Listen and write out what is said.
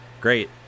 Great